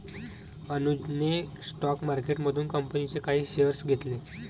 अनुजने स्टॉक मार्केटमधून कंपनीचे काही शेअर्स घेतले